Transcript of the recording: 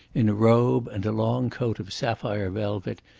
in a robe and a long coat of sapphire velvet,